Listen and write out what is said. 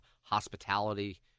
Hospitality